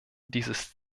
dieses